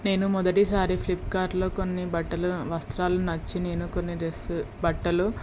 నేను మొదటిసారి ఫ్లిప్కార్ట్లో కొన్ని బట్టలు వస్త్రాలు నచ్చి నేను కొన్ని డ్రెస్ బట్టలు